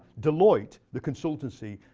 deloitte, the consultancy,